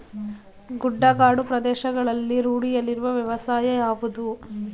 ಗುಡ್ಡಗಾಡು ಪ್ರದೇಶಗಳಲ್ಲಿ ರೂಢಿಯಲ್ಲಿರುವ ವ್ಯವಸಾಯ ಯಾವುದು?